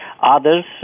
Others